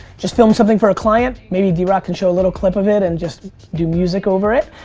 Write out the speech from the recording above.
just filmed something for a client maybe drock can show a little clip of it and just do music over it.